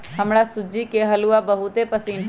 हमरा सूज्ज़ी के हलूआ बहुते पसिन्न हइ